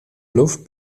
luft